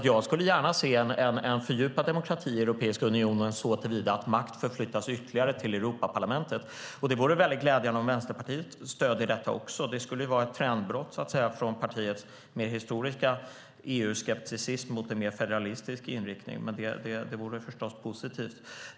Jag skulle gärna se en fördjupad demokrati i Europeiska unionen såtillvida att makt förflyttas ytterligare till Europaparlamentet. Det vore glädjande om också Vänsterpartiet stöder detta. Det skulle vara ett trendbrott från partiets mer historiska EU-skepticism mot en mer federalistisk inriktning. Men det vore förstås positivt.